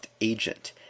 Agent